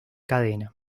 cadena